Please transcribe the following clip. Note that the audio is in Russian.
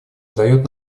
дает